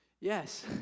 Yes